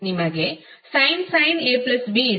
ಆದ್ದರಿಂದ ನಾವು sin AB ಪರಿಗಣಿಸುತ್ತೇವೆ